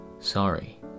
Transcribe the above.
Sorry